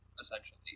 essentially